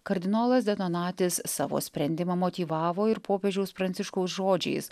kardinolas de donatis savo sprendimą motyvavo ir popiežiaus pranciškaus žodžiais